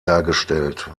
dargestellt